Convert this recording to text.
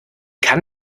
kann